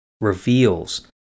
reveals